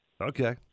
Okay